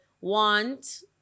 want